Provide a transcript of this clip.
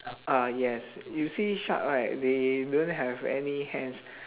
ah yes you see shark right they don't have any hands